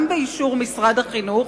גם באישור משרד החינוך,